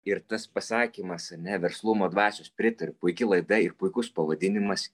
ir tas pasakymas ane verslumo dvasios pritariu puiki laida ir puikus pavadinimas